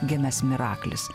gimęs miraklis